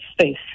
space